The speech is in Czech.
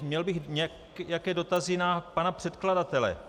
Měl bych nějaké dotazy na pana předkladatele.